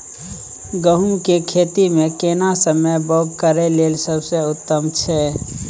गहूम के खेती मे केना समय बौग करय लेल सबसे उत्तम छै?